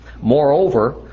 Moreover